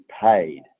paid